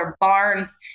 barns